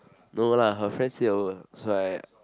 no lah her friends stay over so I